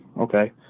okay